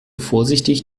vorsichtig